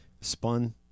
Spun